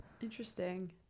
interesting